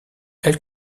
elle